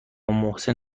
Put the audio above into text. محسن